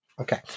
Okay